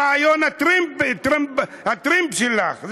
הרעיון הטראמפ שלך,